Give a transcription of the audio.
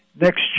next